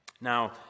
Now